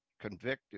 convicted